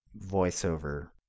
voiceover